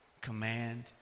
command